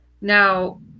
Now